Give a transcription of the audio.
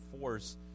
force